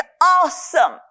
awesome